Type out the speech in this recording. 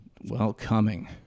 welcoming